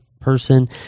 person